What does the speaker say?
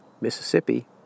Mississippi